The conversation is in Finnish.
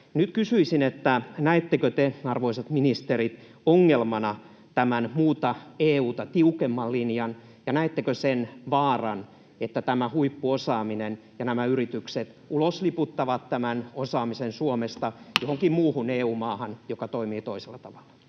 Nyt kysyisin, näettekö te, arvoisat ministerit, ongelmana tämän muuta EU:ta tiukemman linjan ja näettekö sen vaaran, että tämä huippuosaaminen ja nämä yritykset ulosliputtavat tämän osaamisen Suomesta johonkin muuhun EU-maahan, joka toimii toisella tavalla.